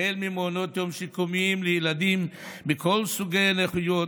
החל ממעונות יום שיקומיים לילדים מכל סוגי הנכויות,